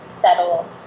settles